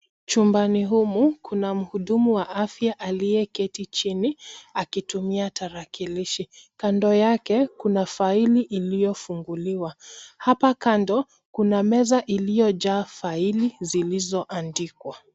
Chumbani humu kuna mhudumu wa afya aliye keti chini akitumia tarakilishi, kando yake kuna faili iliyo funguliwa. Hapa kando kuna meza iliyo jaa faili zilizoandikwa.